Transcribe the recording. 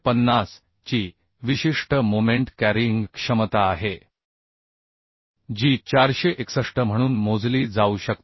450 ची विशिष्ट moment carrying क्षमता आहे जी 461 म्हणून मोजली जाऊ शकते